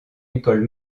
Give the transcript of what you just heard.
école